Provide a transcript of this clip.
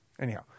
Anyhow